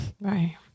right